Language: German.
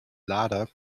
lader